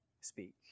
speak